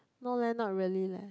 no leh not really leh